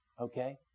Okay